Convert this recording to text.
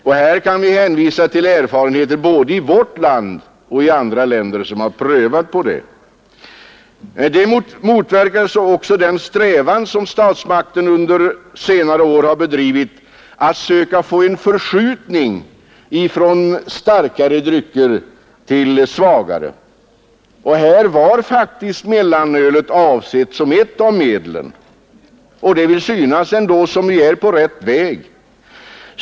Och här kan vi hänvisa till erfarenheter både i vårt land och i andra länder, där man har prövat detta. Det motverkar också den strävan som statsmakterna under senare år har haft att söka få en förskjutning från starkare till svagare drycker. Och där var faktiskt mellanölet avsett som ett av medlen. Det vill också synas som om vi i det fallet är på rätt väg.